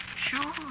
Sure